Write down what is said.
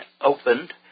opened